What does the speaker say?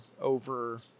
over